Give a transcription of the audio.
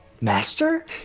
Master